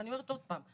ואני אומרת עוד פעם,